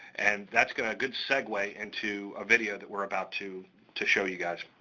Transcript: and that's gonna good segue into a video that we're about to to show you guys.